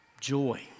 joy